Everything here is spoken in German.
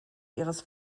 ihres